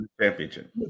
championship